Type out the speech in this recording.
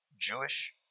Jewish